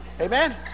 Amen